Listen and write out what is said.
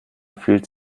fühlt